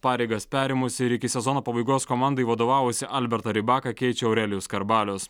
pareigas perėmusį ir iki sezono pabaigos komandai vadovavusį albertą rybaką keičia aurelijus skarbalius